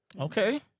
Okay